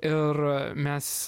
ir mes